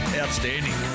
outstanding